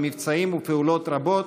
במבצעים והפעולות רבות,